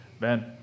Ben